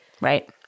right